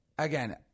Again